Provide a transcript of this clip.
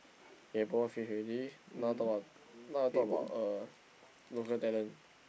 kaypoh finish already now talk about now talk about uh local talent